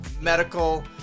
medical